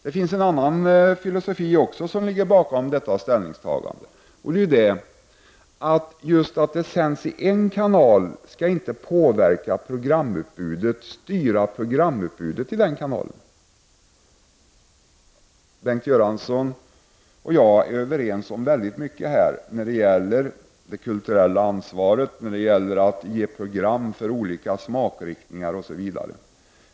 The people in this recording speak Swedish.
Det finns också en annan filosofi bakom detta ställningstagande. Att reklam sänds i en kanal skall inte påverka och styra programutbudet i den kanalen. Bengt Göransson och jag är överens om väldigt mycket när det gäller det kulturella ansvaret, när det gäller att ge program för olika smakriktningar, osv.